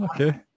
Okay